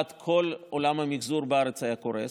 כל עולם המחזור בארץ היה קורס,